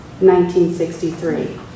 1963